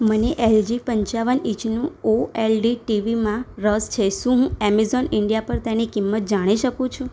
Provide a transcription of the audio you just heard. મને એલજી પંચાવન ઈંચનું ઓએલઇડી ટીવીમાં રસ છે શું હું એમેઝોન ઈન્ડિયા પર તેની કિંમત જાણી શકું